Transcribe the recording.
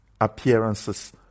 appearances